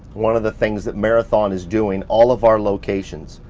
one of the things that marathon is doing all of our locations,